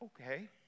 Okay